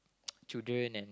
children and